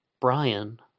Brian